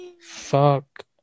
Fuck